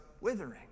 withering